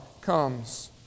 comes